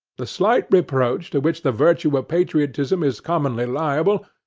the slight reproach to which the virtue of patriotism is commonly liable,